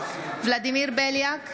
ולדימיר בליאק,